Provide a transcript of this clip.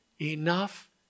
enough